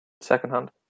secondhand